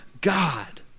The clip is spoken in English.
God